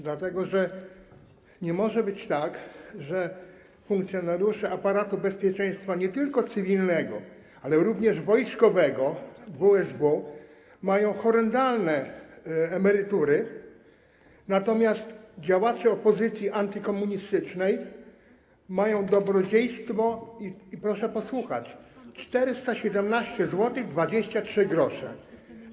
Dlatego, że nie może być tak, że funkcjonariusze aparatu bezpieczeństwa nie tylko cywilnego, ale również wojskowego, WSW, mają horrendalne emerytury, natomiast działacze opozycji antykomunistycznej mają dobrodziejstwo - proszę posłuchać - 417,23 zł.